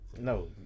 No